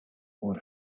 what